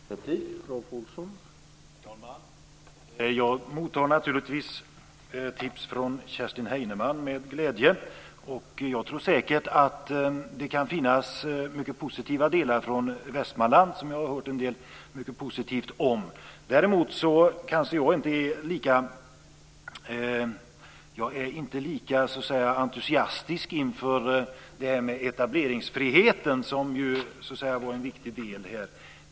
Herr talman! Jag mottar naturligtvis tips från Kerstin Heinemann med glädje. Jag tror säkert att det kan finnas mycket positivt från Västmanland, som jag har hört en del mycket positivt om. Däremot kanske jag inte är lika entusiastisk inför det här med etableringsfriheten, som ju så att säga var en viktig del här.